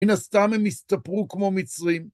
מן הסתם הם הסתפרו כמו מצרים.